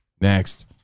Next